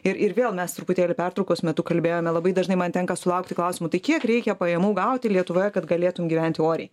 ir ir vėl mes truputėlį pertraukos metu kalbėjome labai dažnai man tenka sulaukti klausimų tai kiek reikia pajamų gauti lietuvoje kad galėtum gyventi oriai